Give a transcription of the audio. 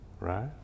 right